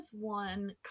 one